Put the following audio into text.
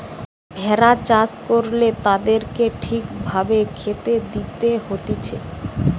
ভেড়া চাষ করলে তাদেরকে ঠিক ভাবে খেতে দিতে হতিছে